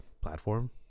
platform